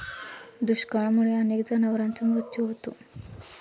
दुष्काळामुळे अनेक जनावरांचा मृत्यू होतो